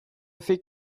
fait